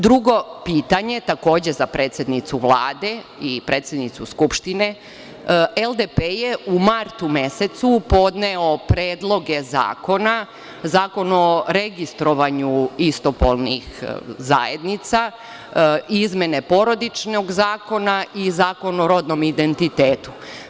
Drugo pitanje, takođe za predsednicu Vlade i predsednicu Skupštine, LDP je u martu mesecu podneo predloge zakona – zakon o registrovanju istopolnih zajednica i izmene Porodičnog zakona i Zakon o rodnom identitetu.